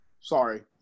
sorry